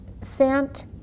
sent